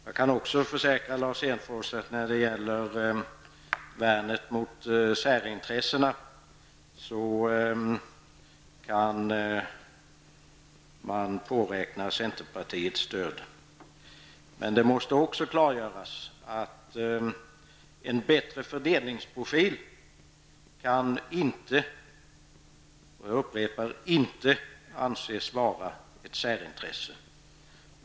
Jag kan också försäkra Lars Hedfors att när det gäller värnet mot särintressena kan man påräkna centerpartiets stöd. Men då måste det också klargöras att en bättre fördelningsprofil inte -- jag upprepar inte -- kan anses vara ett särintresse.